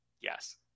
Yes